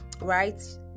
right